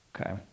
Okay